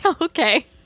Okay